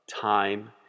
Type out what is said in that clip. time